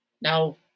now